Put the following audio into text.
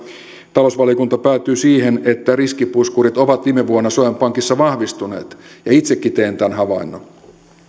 talousvaliokunta päätyi siihen että riskipuskurit ovat viime vuonna suomen pankissa vahvistuneet ja itsekin tein tämän havainnon